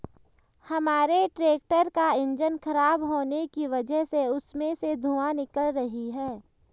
हमारे ट्रैक्टर का इंजन खराब होने की वजह से उसमें से धुआँ निकल रही है